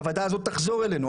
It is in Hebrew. הוועדה הזו תחזור אלינו.